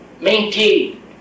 maintain